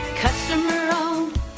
Customer-owned